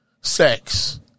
sex